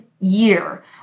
year